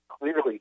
clearly